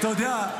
אתה יודע,